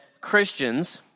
Christians